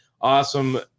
awesome